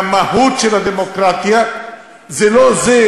והמהות של הדמוקרטיה היא לא זה,